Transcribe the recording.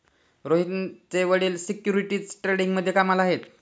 रोहितचे वडील सिक्युरिटीज ट्रेडिंगमध्ये कामाला आहेत